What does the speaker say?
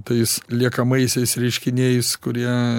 tais liekamaisiais reiškiniais kurie